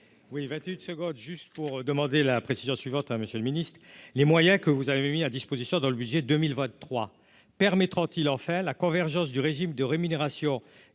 Oui 28 secondes juste pour demander la précision suivante, hein, Monsieur le Ministre, les moyens que vous avez mis à disposition dans le budget 2023 permettra-t-il enfin la convergence du régime de rémunération